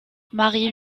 marie